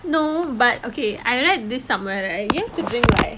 no but okay I read this somewhere right you have to drink like